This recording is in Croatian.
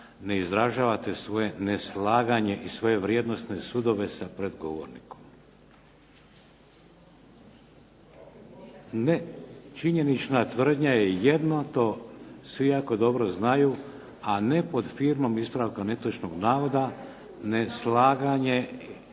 ne izražavate svoje neslaganje i svoje vrijednosne sudove sa pred govornikom. …/Upadica se ne čuje./… Ne. Činjenična tvrdnja je jedno, to svi jako dobro znaju, a ne pod firmom ispravka netočnog navoda, neslaganje